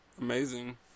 amazing